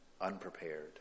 unprepared